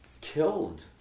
killed